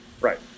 Right